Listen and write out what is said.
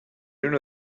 uno